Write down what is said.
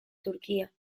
turquía